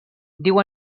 diu